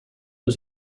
due